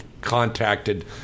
contacted